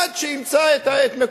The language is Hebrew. עד שהוא ימצא את מקומו.